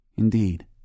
Indeed